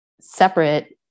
separate